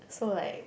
so like